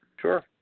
Sure